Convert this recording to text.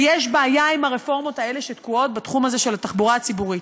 ויש בעיה עם הרפורמות האלה שתקועות בתחום הזה של התחבורה הציבורית.